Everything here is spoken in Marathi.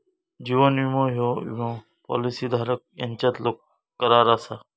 जीवन विमो ह्यो विमो पॉलिसी धारक यांच्यातलो करार असा